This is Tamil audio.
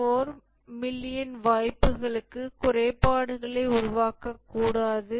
4 மில்லியன் வாய்ப்புகளுக்கு குறைபாடுகளை உருவாக்கக்கூடாது